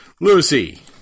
Lucy